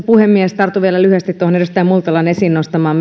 puhemies tartun vielä lyhyesti tuohon edustaja multalan esiin nostamaan